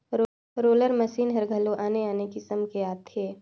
roller machine हर घलो आने आने किसम के आथे